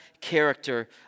character